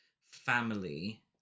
family